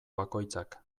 bakoitzak